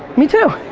me too.